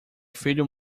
filho